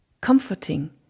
comforting